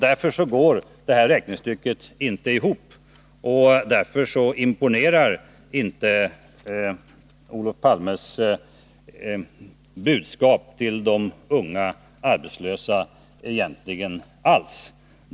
Därför går detta räknestycke inte ihop, och därför imponerar Olof Palmes budskap till de unga arbetslösa egentligen inte alls.